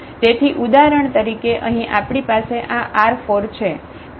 તેથી ઉદાહરણ તરીકે અહીં આપણી પાસે આ R4 છે